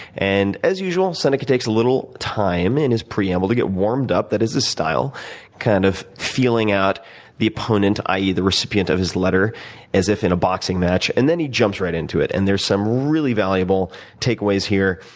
and as usual, seneca takes a little time in his preamble to get warmed up. that is his style kind of feeling out the opponent, i e, the recipient of his letter as if in a boxing match. and then he jumps right into it. and there's some really valuable takeaways here.